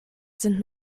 sind